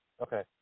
okay